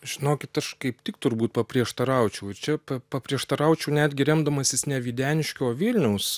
žinokit aš kaip tik turbūt paprieštaraučiau ir čia paprieštaraučiau netgi remdamasis ne videniškių o vilniaus